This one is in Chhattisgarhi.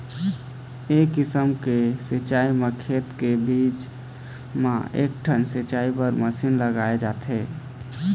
ए किसम के सिंचई म खेत के बीच म एकठन सिंचई बर मसीन लगाए जाथे